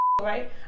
right